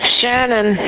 Shannon